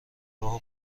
راهو